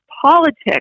politics